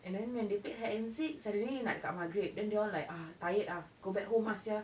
and then when they played hide and seek suddenly nak dekat maghrib then don't want like ah tired ah go back home ah sia